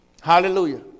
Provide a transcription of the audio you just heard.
Hallelujah